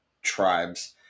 tribes